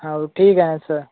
हो ठीक आहे ना स